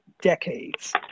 decades